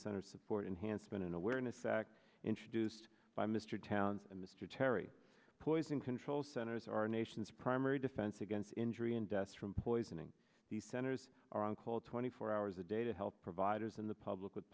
center support enhanced been an awareness fact introduced by mr townson and mr terry poison control centers our nation's primary defense against injury and deaths from poisoning the centers are on call twenty four hours a day to help providers in the public w